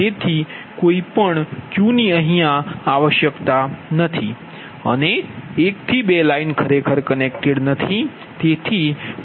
તેથી કોઈ Q આવશ્યક નથી અને 1 થી 2 લાઇન ખરેખર કનેક્ટ નથી